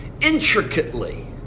intricately